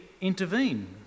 intervene